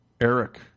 Eric